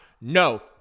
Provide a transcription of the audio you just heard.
No